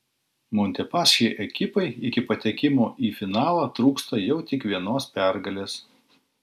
montepaschi ekipai iki patekimo į finalą trūksta jau tik vienos pergalės